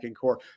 core